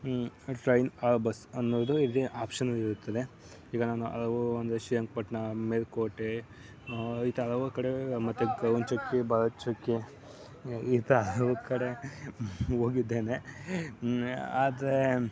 train or bus ಅನ್ನುವುದು ಇಲ್ಲಿ optional ಇರುತ್ತದೆ ಈಗ ನಮ್ಮ ಹಲವು ಒಂದು ಶ್ರೀರಂಗಪಟ್ಟಣ ಮೇಲುಕೋಟೆ ಇತ ಹಲವು ಕಡೆ ಮತ್ತೆ ಗಗನ ಚುಕ್ಕಿ ಭರ ಚುಕ್ಕಿ ಇತ ಹಲವು ಕಡೆ ಹೋಗಿದ್ದೇನೆ ಆದರೆ